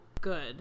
good